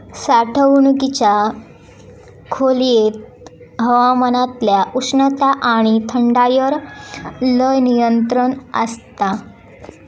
साठवणुकीच्या खोलयेत हवामानातल्या उष्णता आणि थंडायर लय नियंत्रण आसता